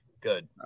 good